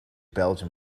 belgium